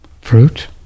fruit